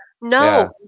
No